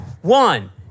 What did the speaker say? One